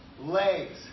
legs